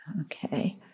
Okay